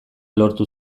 lortu